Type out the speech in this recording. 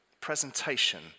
presentation